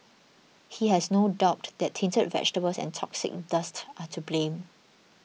he has no doubt that tainted vegetables and toxic dust are to blame